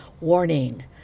Warning